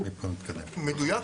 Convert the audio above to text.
מדויק,